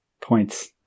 points